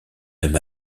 même